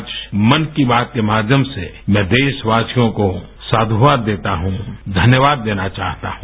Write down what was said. आज भन की बात के माध्यम से मैं देशवासियों को साध्यवाद देता हूँ न्यवाद देना चाहता हूँ